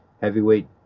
heavyweight